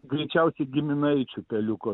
greičiausiai giminaičių peliuko